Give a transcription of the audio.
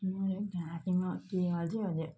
मर्यो हौ घाँटीमा के अल्झियो अल्झियो